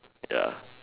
ya